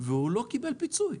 והוא לא קיבל פיצוי.